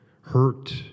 hurt